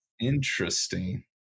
interesting